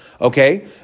Okay